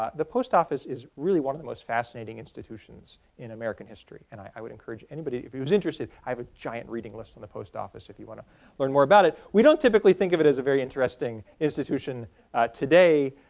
ah the post office is really one of the most fascinating institutions in american history and i would encourage anybody who is interested i have a giant reading list on the post office if you want to learn more about it. we don't typically think of it as a very interesting institution today.